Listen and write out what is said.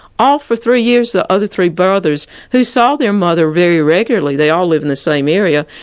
all for three years, the other three brothers, who saw their mother very regularly, they all lived in the same area,